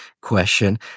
question